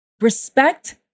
respect